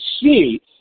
see